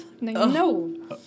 No